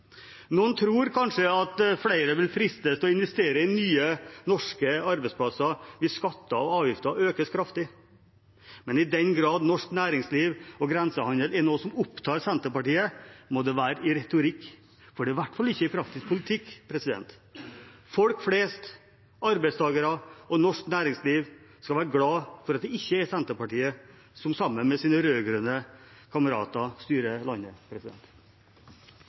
Noen tror kanskje at flere vil fristes til å investere i nye norske arbeidsplasser hvis skatter og avgifter økes kraftig. Men i den grad norsk næringsliv og grensehandel er noe som opptar Senterpartiet, må det være i retorikk, for det er i hvert fall ikke i praktisk politikk. Folk flest, arbeidstakere og norsk næringsliv skal være glad for at det ikke er Senterpartiet som sammen med sine rød-grønne kamerater styrer landet.